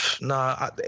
Nah